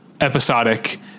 episodic